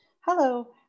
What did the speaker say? Hello